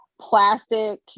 plastic